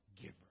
giver